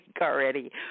already